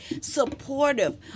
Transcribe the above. supportive